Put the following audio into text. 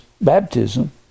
baptism